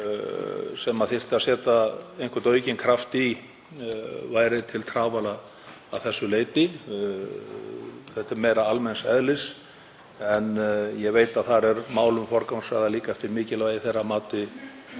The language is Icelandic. sem þyrfti að setja einhvern aukinn kraft í, væri til trafala að þessu leyti. Þetta er meira almenns eðlis. En ég veit að þar er málum forgangsraðað líka eftir mikilvægi þeirra að